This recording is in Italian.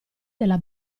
della